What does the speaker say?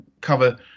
cover